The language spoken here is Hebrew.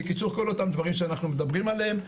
בקיצור כל אותם דברים שאנחנו מדברים עליהם,